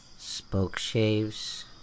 Spokeshaves